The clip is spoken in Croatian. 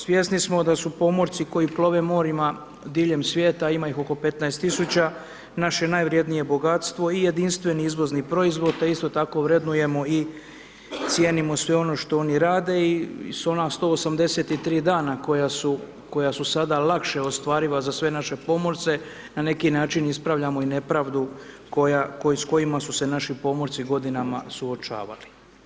Svjesni smo da su pomorci koji plove morima diljem svijeta, ima ih oko 15 000, naše najvrijednije bogatstvo i jedinstveni izvozni proizvod, te isto tako vrednujemo i cijenimo sve ono što oni rade i s ona 183 dana koja su sada lakše ostvariva za sve naše pomorce, na neki način ispravljamo i nepravdu s kojima su se naši pomorci godinama suočavali.